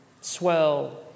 swell